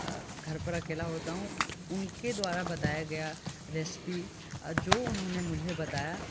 घर पर अकेला होता हूँ उनके द्वारा बताया गया रेसपी जो उन्होंने मुझे बताया